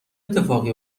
اتفاقی